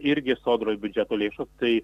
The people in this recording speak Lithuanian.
irgi sodros biudžeto lėšų tai